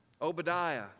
Obadiah